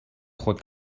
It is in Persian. خود